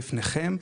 בפניכם,